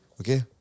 Okay